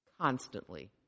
constantly